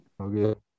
Okay